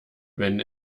wenn